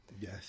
Yes